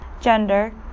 gender